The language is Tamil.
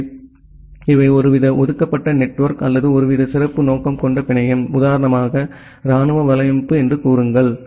எனவே இவை ஒருவித ஒதுக்கப்பட்ட நெட்வொர்க் அல்லது ஒருவித சிறப்பு நோக்கம் கொண்ட பிணையம் உதாரணமாக இராணுவ வலையமைப்பு என்று கூறுங்கள்